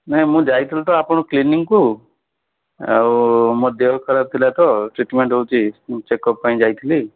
ନାହିଁ ମୁଁ ଯାଇଥିଲି ତ ଆପଣଙ୍କ କ୍ଲିନିକ୍କୁ ଆଉ ମୋ ଦେହ ଖରାପ ଥୀଲାତ ଟ୍ରିଟ୍ମେଣ୍ଟ୍ ହେଉଛି ମୁଁ ଚେକଅପ୍ ପାଇଁ ଯାଇଥିଲି